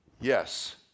Yes